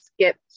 skipped